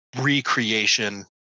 recreation